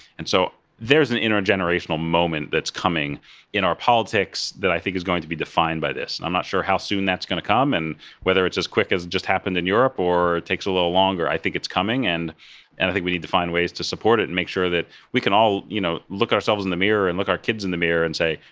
so there is an intergenerational moment that's coming in our politics that i think is going to be defined by this. i'm not sure how soon that's going to come, and whether it's as quick as it just happened in europe, or takes a little longer. i think it's coming, and i think we need to find ways to support it and make sure that we can all you know look ourselves in the mirror and our kids in the mirror and say,